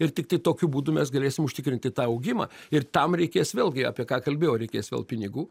ir tiktai tokiu būdu mes galėsim užtikrinti tą augimą ir tam reikės vėlgi apie ką kalbėjau reikės vėl pinigų